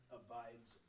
abides